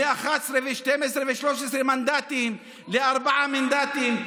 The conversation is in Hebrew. מ-11 ו-12 ו-13 מנדטים לארבעה מנדטים,